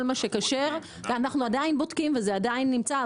כל מה שכשר, ואנחנו עדיין בודקים וזה עדיין נמצא.